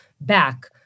back